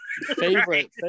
Favorite